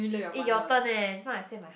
eh your turn eh just now I say my